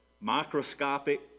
microscopic